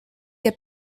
que